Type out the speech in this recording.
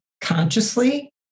consciously